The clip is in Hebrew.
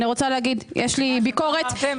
מה אמרת?